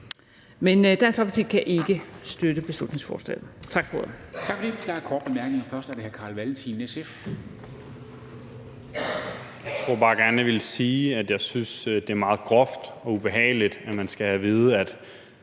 her, men vi kan ikke støtte beslutningsforslaget.